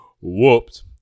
whooped